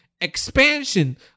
expansion